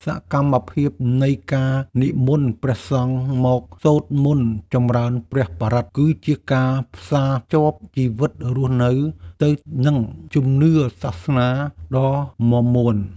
សកម្មភាពនៃការនិមន្តព្រះសង្ឃមកសូត្រមន្តចម្រើនព្រះបរិត្ត គឺជាការផ្សារភ្ជាប់ជីវិតរស់នៅទៅនឹងជំនឿសាសនាដ៏មាំមួន។